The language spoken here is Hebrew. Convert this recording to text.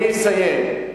אני אסיים.